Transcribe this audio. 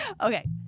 Okay